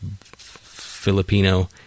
Filipino